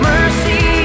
Mercy